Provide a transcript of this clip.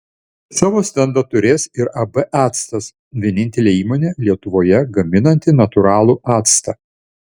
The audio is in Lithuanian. savo stendą turės ir ab actas vienintelė įmonė lietuvoje gaminanti natūralų actą